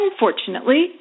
Unfortunately